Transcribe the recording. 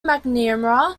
mcnamara